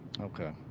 okay